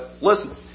listen